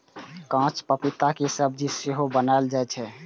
कांच पपीता के सब्जी सेहो बनाएल जाइ छै